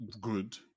good